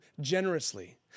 generously